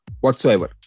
whatsoever